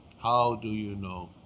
how do you and know?